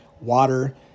Water